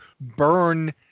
burn